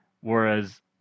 whereas